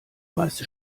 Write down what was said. meiste